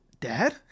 dad